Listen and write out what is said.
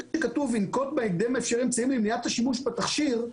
כתוב: ינקוט בהקדם האפשרי אמצעים למניעת השימוש בתכשיר,